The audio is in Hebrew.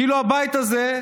כאילו הבית הזה,